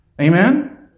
Amen